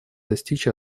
достичь